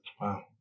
Wow